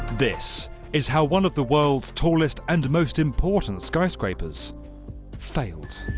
this is how one of the world's tallest and most important skyscrapers failed.